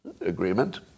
agreement